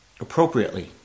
appropriately